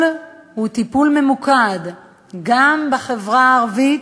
שלו הוא טיפול ממוקד גם בחברה הערבית,